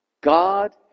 God